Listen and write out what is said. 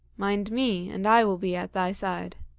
mind me, and i will be at thy side.